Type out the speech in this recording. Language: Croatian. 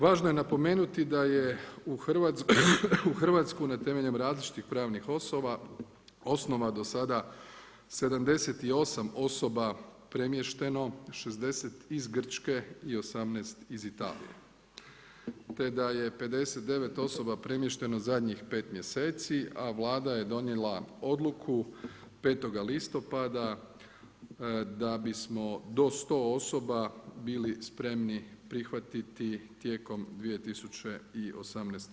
Važno je napomenuti da je u Hrvatsku na temelju različitih pravnih osoba, osnova do sada 78 osoba premješteno, 60 iz Grčke i 18 iz Italije, te da je 59 osoba premješteno zadnjih 5 mjeseci, a Vlada je donijela odluku 5.10. da bismo do 100 osoba bili spremni prihvatiti tijekom 2018.